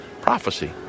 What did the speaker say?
prophecy